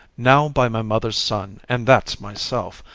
now by my mother's son, and that's myself,